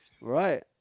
Right